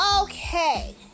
Okay